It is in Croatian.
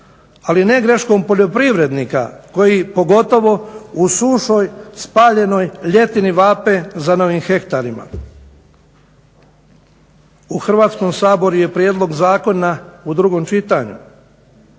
Ali ne greškom poljoprivrednika koji pogotovo u sušoj spaljenoj ljetini vape za novim hektarima. U Hrvatskom saboru je prijedlog zakona u drugom čitanju,